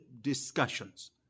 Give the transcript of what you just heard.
discussions